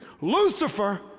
Lucifer